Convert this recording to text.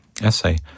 essay